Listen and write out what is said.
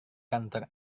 kantor